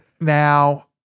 Now